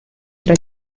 tra